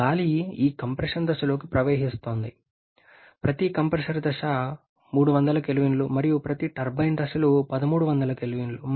గాలి ఈ కంప్రెషన్ దశలోకి ప్రవేశిస్తుంది ప్రతి కంప్రెసర్ దశ 300 K మరియు ప్రతి టర్బైన్ దశలు 1300 K